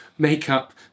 makeup